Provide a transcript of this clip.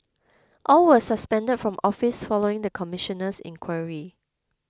all were suspended from office following the commissioner's inquiry